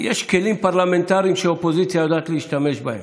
יש כלים פרלמנטריים שהאופוזיציה יודעת להשתמש בהם.